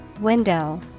window